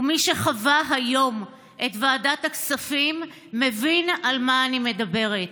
מי שחווה היום את ועדת הכספים מבין על מה אני מדברת: